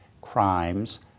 crimes